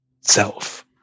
self